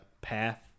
path